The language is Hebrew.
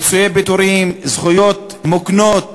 פיצויי פיטורים, זכויות מוקנות